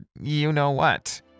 you-know-what